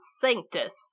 sanctus